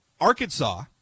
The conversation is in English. Arkansas